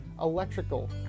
electrical